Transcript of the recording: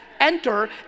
enter